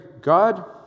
God